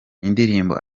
indirimbo